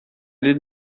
did